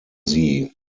sie